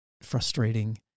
frustrating